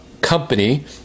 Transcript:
Company